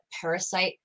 parasite